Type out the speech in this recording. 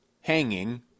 hanging